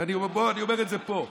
ואני אומר את זה פה,